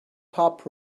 pop